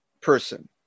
person